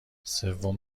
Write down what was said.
سوم